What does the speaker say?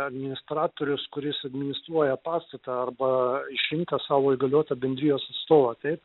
administratorius kuris administruoja pastatą arba išrinktą savo įgaliotą bendrijos atstovą taip